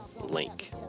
link